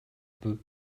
peut